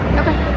okay